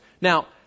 Now